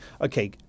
okay